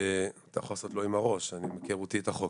אתה יכול לעשות לא עם הראש, מהיכרותי את החוק